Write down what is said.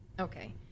Okay